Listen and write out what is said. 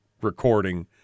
recording